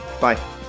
Bye